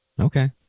Okay